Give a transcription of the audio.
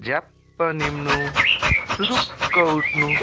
झ्याप्प निभ्नु जुरुक्क उठ्नु